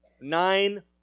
nine